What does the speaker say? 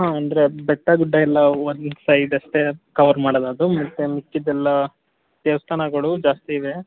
ಹಾಂ ಅಂದರೆ ಬೆಟ್ಟ ಗುಡ್ಡ ಎಲ್ಲ ಒನ್ ಸೈಡ್ ಅಷ್ಟೆ ಕವರ್ ಮಾಡೋದದು ಮತ್ತು ಮಿಕ್ಕಿದ್ದೆಲ್ಲ ದೇವಸ್ಥಾನಗಳು ಜಾಸ್ತಿ ಇವೆ